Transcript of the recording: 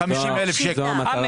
50,000 שקל.